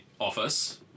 office